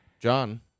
John